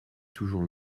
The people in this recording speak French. toujours